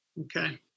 Okay